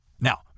Now